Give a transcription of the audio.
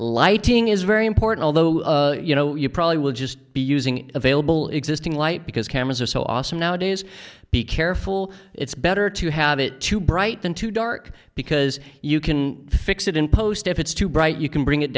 lighting is very important although you know you probably will just be using available existing light because cameras are so awesome nowadays be careful it's better to have it too bright than too dark because you can fix it in post if it's too bright you can bring it